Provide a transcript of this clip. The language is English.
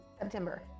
September